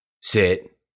sit